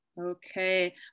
Okay